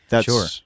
Sure